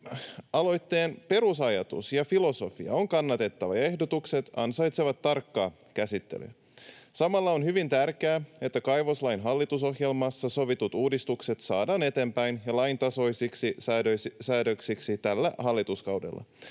Aloitteen perusajatus ja -filosofia on kannatettava, ja ehdotukset ansaitsevat tarkan käsittelyn. Samalla on hyvin tärkeää, että hallitusohjelmassa sovitut kaivoslain uudistukset saadaan eteenpäin ja laintasoisiksi säädöksiksi tällä hallituskaudella.